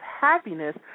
happiness